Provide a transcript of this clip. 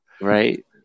right